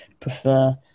prefer